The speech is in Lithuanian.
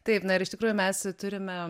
taip na ir iš tikrųjų mes turime